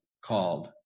called